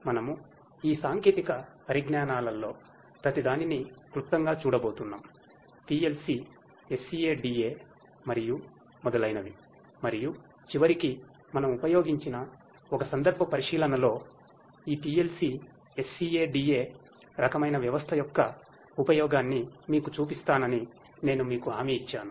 కాబట్టి మనము ఈ సాంకేతిక పరిజ్ఞానాలలో ప్రతిదానిని క్లుప్తంగా చూడబోతున్నాం PLC SCADA మరియు మొదలైనవి మరియు చివరికి మనము ఉపయోగించిన ఒక సందర్భ పరిశీలన లో ఈ PLC SCADA రకమైన వ్యవస్థ యొక్క ఉపయోగాన్ని మీకు చూపిస్తానని నేను మీకు హామీ ఇచ్చాను